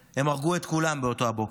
הם הרגו את כולם באותו בוקר.